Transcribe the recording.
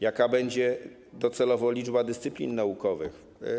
Jaka będzie docelowo liczba dyscyplin naukowych?